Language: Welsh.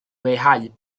leihau